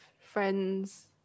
friends